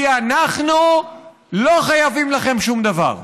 כי אנחנו לא חייבים לכם שום דבר,